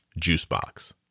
juicebox